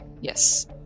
yes